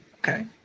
Okay